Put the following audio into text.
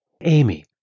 Amy